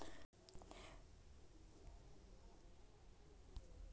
ऋण के अदायगी लगी इंस्टॉलमेंट तय रहऽ हई